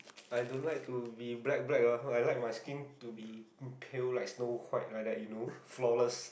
I don't like to be black black ah I like my skin to be pale like Snow White like that you know flawless